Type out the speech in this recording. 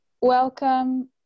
welcome